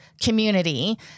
community